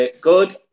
good